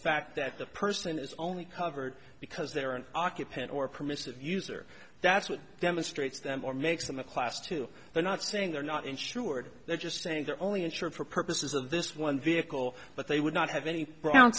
fact that the person is only covered because they're an occupant or permissive user that's what demonstrates them or makes them a class to they're not saying they're not insured they're just saying they're only insured for purposes of this one vehicle but they would not have any brown